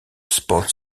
sports